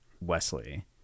Wesley